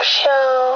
show